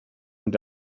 und